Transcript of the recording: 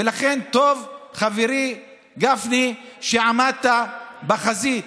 ולכן טוב, חברי גפני, שעמדת בחזית.